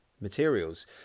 materials